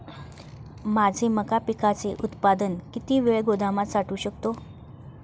माझे मका पिकाचे उत्पादन किती वेळ गोदामात साठवू शकतो?